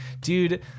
dude